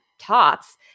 tops